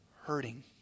hurting